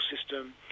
system